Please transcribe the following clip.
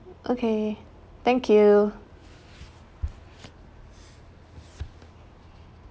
okay thank you